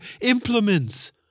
implements